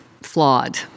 flawed